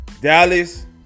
Dallas